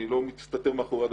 איני מסתיר זאת.